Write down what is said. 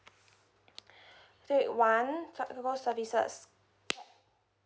take one fu~ go~ services